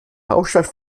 hauptstadt